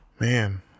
Man